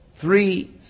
three